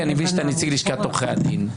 מיכאלי, אני מבין שאתה נציג לשכת עורכי הדין.